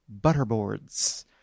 butterboards